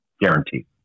Guaranteed